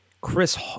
Chris